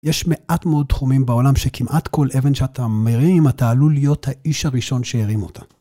יש מעט מאוד תחומים בעולם שכמעט כל אבן שאתה מרים, אתה עלול להיות האיש הראשון שירים אותה.